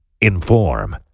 inform